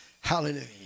Hallelujah